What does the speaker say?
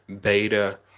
beta